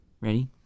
ready